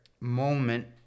moment